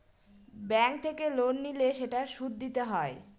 bank থেকে loan নিলে সেটার সুদ দিতে হয়